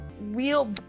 real